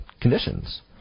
conditions